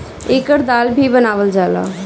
एकर दाल भी बनावल जाला